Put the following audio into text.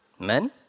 amen